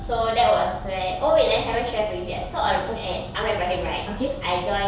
so that was where oh wait I haven't with you yet so I'm at ahmad ibrahim right I joined